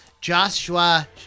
Joshua